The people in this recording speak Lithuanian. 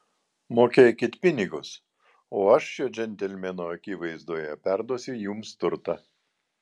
mokėkit pinigus o aš šio džentelmeno akivaizdoje perduosiu jums turtą